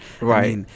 right